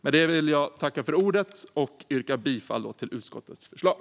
Med det vill jag tacka för ordet och yrka bifall till utskottets förslag.